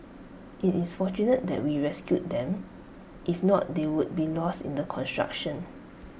IT is fortunate that we rescued them if not they would be lost in the construction